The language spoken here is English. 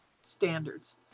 standards